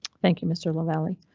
thank you mr lavalley.